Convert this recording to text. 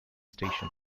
station